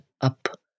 up